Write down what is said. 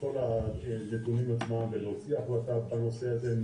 הנתונים עצמם ולהוציא החלטה בנושא הזה.